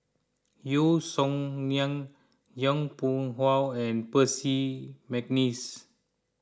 Yeo Song Nian Yong Pung How and Percy McNeice